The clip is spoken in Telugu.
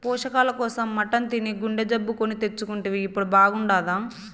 పోషకాల కోసం మటన్ తిని గుండె జబ్బు కొని తెచ్చుకుంటివి ఇప్పుడు బాగుండాదా